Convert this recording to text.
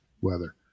weather